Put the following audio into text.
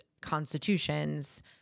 constitutions